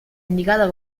indicata